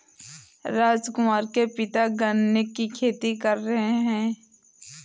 राजकुमार के पिता गन्ने की खेती कर रहे हैं